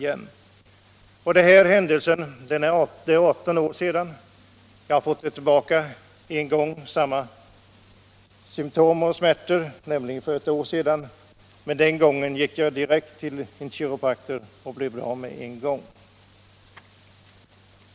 Detta är nu 18 år sedan. För ett år sedan fick jag tillbaka symtomen och smärtorna, men då gick jag direkt till en kiropraktor och blev bra med en gång.